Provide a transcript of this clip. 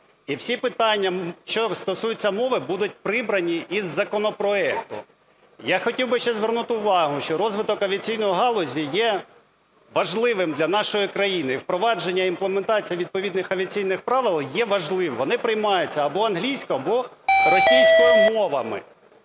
і всі питання, що стосуються мови, будуть прибрані із законопроекту. Я хотів би ще звернути увагу, що розвиток авіаційної галузі є важливим для нашої країни, і впровадження, імплементація відповідних авіаційних правил є важливим. Вони приймаються або англійською, або російської мовами.